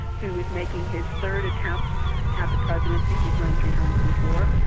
who is making his third attempt at the presidency. he's run three times before.